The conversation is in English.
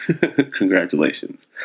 Congratulations